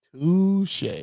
Touche